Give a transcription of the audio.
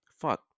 Fuck